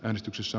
äänestyksessä